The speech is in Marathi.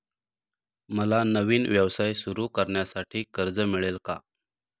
मला नवीन व्यवसाय सुरू करण्यासाठी कर्ज मिळेल का?